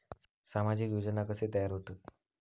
सामाजिक योजना कसे तयार होतत?